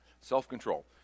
Self-control